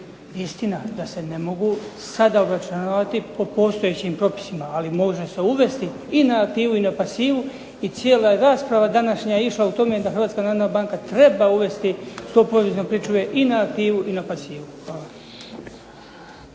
da se ne mogu sada obračunavati po postojećim propisima, ali može se uvesti i na aktivu i na pasivu. I cijela je rasprava današnja išla u tome da Hrvatska narodna banka treba uvesti stopu obvezne pričuve i na aktivu i na pasivu.